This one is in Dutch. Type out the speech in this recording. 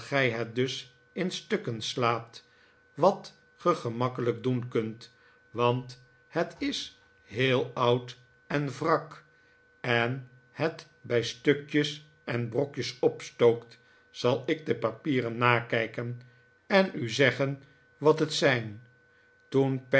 het dus in stukken slaat wat ge gemakkelijk doen kunt want het is heel oud en wrak en het bij stukjes en brokjes opstookt zal ik de papieren nakijken en u zeggen wat het zijn toen